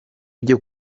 byo